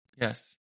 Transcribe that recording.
yes